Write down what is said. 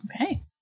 Okay